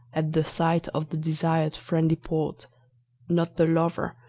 at the sight of the desired friendly port not the lover,